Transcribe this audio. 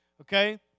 Okay